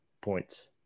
points